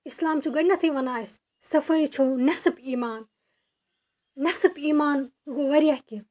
اسلام چھِ گۄڈٕنٮ۪تھٕے وَنان اَسہِ صفٲیی چھو نصٮ۪ف ایٖمان نصٮ۪ف ایٖمان گوٚو واریاہ کیٚنہہ